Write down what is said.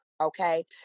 okay